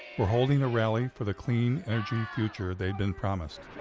were holding a rally for the clean energy future they'd been promised.